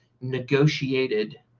negotiated